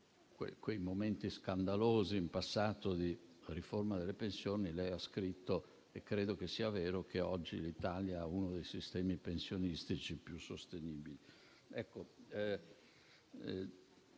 quei momenti scandalosi di riforma delle pensioni in passato, lei ha scritto - e credo che sia vero - che oggi l'Italia ha uno dei sistemi pensionistici più sostenibili.